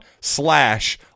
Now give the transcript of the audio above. slash